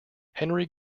henry